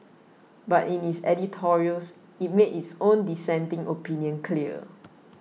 but in its editorials it made its own dissenting opinion clear